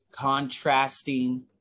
Contrasting